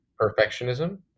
perfectionism